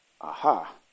Aha